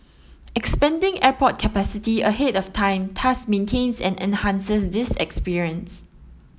expanding airport capacity ahead of time thus maintains and enhances this experience